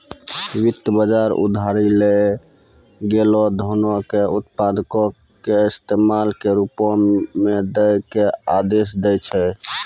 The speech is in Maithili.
वित्त बजार उधारी लेलो गेलो धनो के उत्पादको के इस्तेमाल के रुपो मे दै के आदेश दै छै